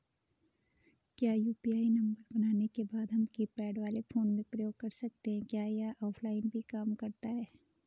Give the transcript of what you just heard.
क्या UPI number बनाने के बाद हम कीपैड वाले फोन में प्रयोग कर सकते हैं क्या यह ऑफ़लाइन भी काम करता है?